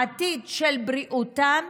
העתיד של בריאותן,